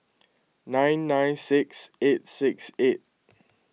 nine nine six eight six eight